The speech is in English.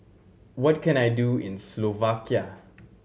what can I do in Slovakia